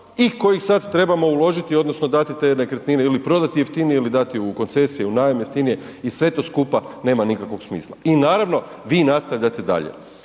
i kojih sad trebamo uložiti odnosno dati te nekretnine ili prodati jeftinije ili dati u koncesiju, u najam jeftinije i sve to skupa nema nikakvog smisla. I naravno, vi nastavljate dalje.